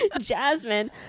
Jasmine